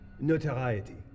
Notoriety